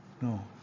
no